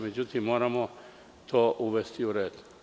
Međutim, moramo to uvesti u red.